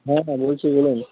হ্যাঁ হ্যাঁ বলছি বলুন